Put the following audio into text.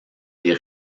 les